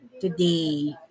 today